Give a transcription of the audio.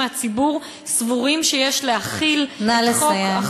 מהציבור סבורים שיש להחיל נא לסיים.